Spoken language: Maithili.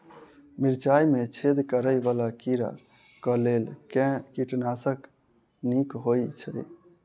मिर्चाय मे छेद करै वला कीड़ा कऽ लेल केँ कीटनाशक नीक होइ छै?